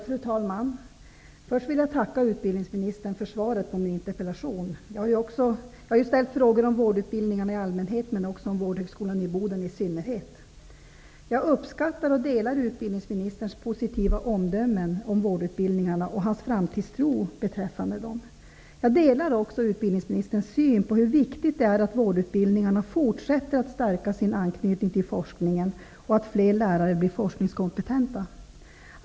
Fru talman! Först vill jag tacka utbildningsministern för svaret på min interpellation. Jag har ju ställt frågor om vårdutbildningarna i allmänhet och om Vårdhögskolan i Boden i synnerhet. Jag uppskattar och delar utbildningsministerns positiva omdömen om vårdutbildningarna och hans framtidstro beträffande dessa. Jag delar också utbildningsministerns syn på hur viktigt det är att vårdutbildningarna fortsätter att stärka sin anknytning till forskningen och att fler lärare blir forskningskompetenta.